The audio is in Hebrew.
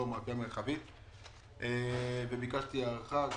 ביקשתי הארכה.